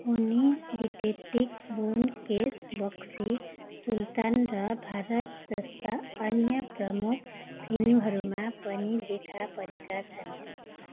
उनी डिटेक्टिक ब्योमकेश बक्सी सुल्तान र भारत जस्ता अन्य प्रमुख फिल्महरूमा पनि देखा परेका छन्